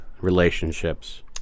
relationships